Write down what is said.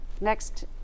next